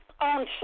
On